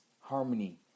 harmony